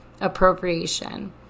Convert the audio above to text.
Appropriation